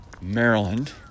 Maryland